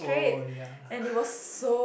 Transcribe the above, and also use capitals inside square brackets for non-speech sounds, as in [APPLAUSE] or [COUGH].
oh ya [BREATH]